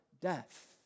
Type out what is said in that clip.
death